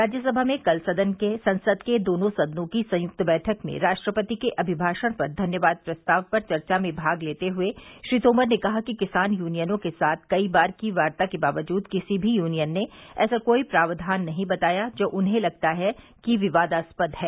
राज्यसभा ने कल संसद के दोनों सदनों की संयुक्त बैठक में राष्ट्रपति के अभिभाषण पर धन्यवाद प्रस्ताव पर चर्चा में भाग लेते हुए श्री तोमर ने कहा कि किसान यूनियनों के साथ कई बार की वार्ता के बावजूद किसी भी यूनियन ने ऐसा कोई प्रावधान नहीं बताया जो उन्हें लगता है कि विवादास्पद है